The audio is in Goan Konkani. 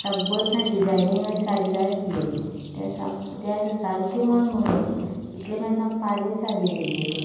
बरी अशी डिजायनींग साडी जाय आशिल्ली ते दिसा त्या दिसा सामकें मन मोडलें इतले म्हणल्यार सामक्यो पाड साडयो आयल्यो त्यो